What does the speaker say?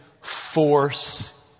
force